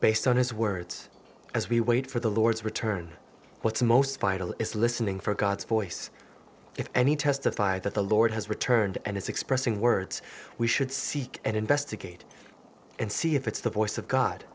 based on his words as we wait for the lord's return what's most vital is listening for god's voice if any testify that the lord has returned and is expressing words we should seek and investigate and see if it's the voice of god